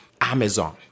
Amazon